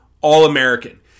All-American